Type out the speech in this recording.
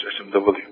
SMW